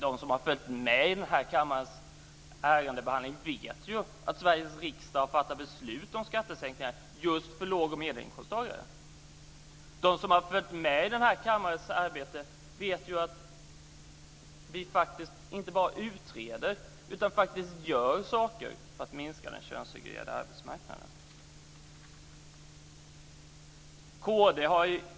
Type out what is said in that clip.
De som har följt med i kammarens ärendebehandling vet ju att Sveriges riksdag har fattat beslut om skattesänkningar just för låg och medelinkomsttagare. De som har följt med i kammarens arbete vet ju att vi faktiskt inte bara utreder utan även gör saker för att minska den könssegregerade arbetsmarknaden.